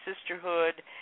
sisterhood